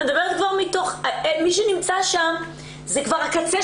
משך זמן ההמתנה התקצר